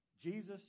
Jesus